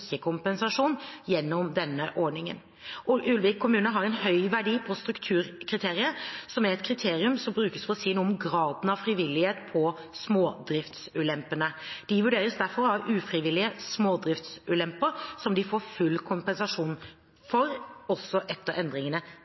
kompensasjon gjennom denne ordningen. Ulvik kommune har en høy verdi på strukturkriteriet, som er et kriterium som brukes for å si noe om graden av frivillighet på smådriftsulempene. De vurderes derfor å ha ufrivillige smådriftsulemper, som de får full kompensasjon for også etter endringene